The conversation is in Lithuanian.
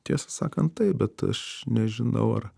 tiesą sakant taip bet aš nežinau ar